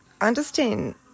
understand